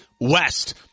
West